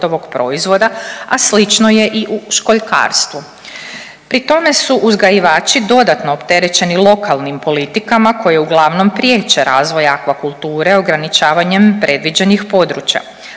a slično je i u školjkarstvu. Pri tome su uzgajivački dodatno opterećeni lokalnim politikama koje uglavnom priječe razvoj akvakulture ograničavanjem previđenih područja.